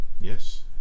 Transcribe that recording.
yes